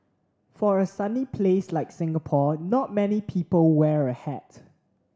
for a sunny place like Singapore not many people wear a hat